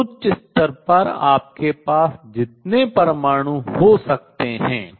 तो उच्च स्तर पर आपके पास जितने परमाणु हो सकते हैं